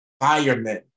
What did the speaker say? firemen